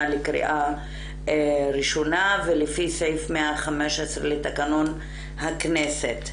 לקריאה ראשונה ולפי סעיף 115 לתקנון הכנסת.